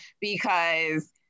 because-